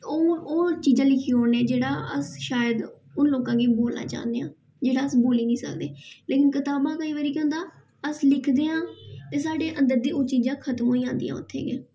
ओह् ओह् चीजां लिखी ओड़ने जेह्ड़ा अस शायद ओह् लोकें गी बोलना चाह्न्ने आं जेह्ड़ा अस बोल्ली नीं सकदे कताबां केई बारी केह् होंदा अस लिखदेआं ते साढ़े अंदर ओह् चीजां खत्म होई जंदियां उत्थै गै